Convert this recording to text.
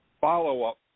follow-up